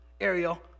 Ariel